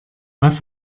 was